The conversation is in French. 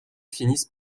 finissent